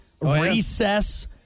Recess